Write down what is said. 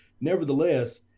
nevertheless